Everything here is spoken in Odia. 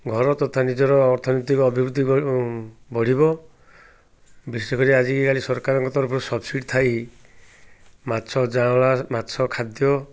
ଘର ତଥା ନିଜର ଅର୍ଥନୀତିକ ଅଭିବୃଦ୍ଧି ବଢ଼ିବ ବିଶେଷ କରି ଆଜିକାଲି ସରକାରଙ୍କ ତରଫରୁ ସବ୍ସିଡ଼ି ଥାଇ ମାଛ ଜଁଳା ମାଛ ଖାଦ୍ୟ